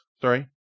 Sorry